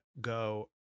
go